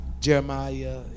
Jeremiah